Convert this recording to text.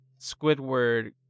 Squidward